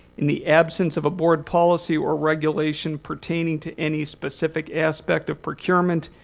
in the absence of a board policy or regulation pertaining to any specific aspect of procurement,